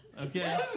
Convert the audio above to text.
Okay